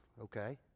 okay